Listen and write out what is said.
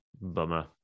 bummer